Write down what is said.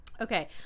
okay